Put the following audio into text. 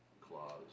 clause